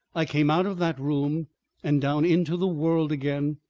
i came out of that room and down into the world again,